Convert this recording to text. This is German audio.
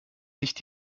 nicht